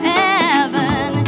heaven